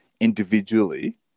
individually